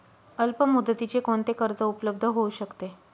अल्पमुदतीचे कोणते कर्ज उपलब्ध होऊ शकते?